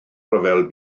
ryfel